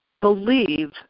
believe